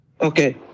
Okay